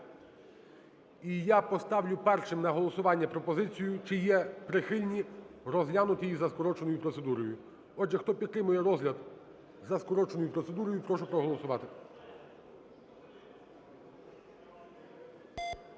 І я поставлю першим на голосування пропозицію, чи є прихильні розглянути її за скороченою процедурою. Отже, хто підтримує розгляд за скороченою процедурою, прошу проголосувати.